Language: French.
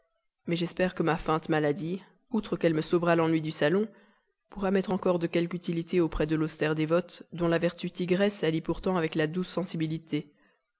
mais j'espère que ma feinte maladie outre qu'elle me sauve l'ennui du salon pourra m'être encore de quelque utilité auprès de l'austère dévote dont la vertu tigresse s'allie pourtant avec la douce sensibilité